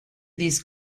these